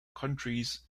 countries